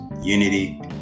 unity